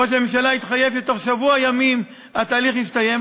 וראש הממשלה התחייב שבתוך שבוע ימים התהליך יסתיים,